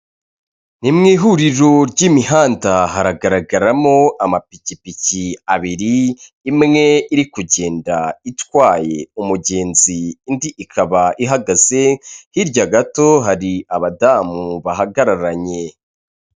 Ni mu ihuriro ry'imihanda haragaragaramo amapikipiki abiri, imwe iri kugenda itwaye umugenzi indi ikaba ihagaze. Hirya gato hari abadamu bahagararanye.